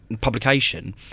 publication